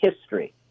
history